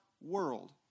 world